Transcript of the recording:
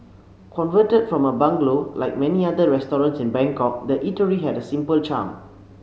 converted from a bungalow like many other restaurants in Bangkok the eatery had a simple charm